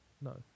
No